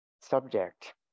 Subject